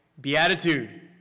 Beatitude